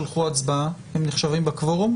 היא בסעיף 87 לחוק.